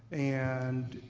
and